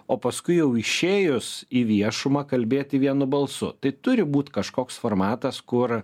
o paskui jau išėjus į viešumą kalbėti vienu balsu tai turi būt kažkoks formatas kur